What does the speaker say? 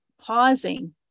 pausing